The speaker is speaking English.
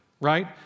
right